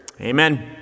Amen